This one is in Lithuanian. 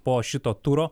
po šito turo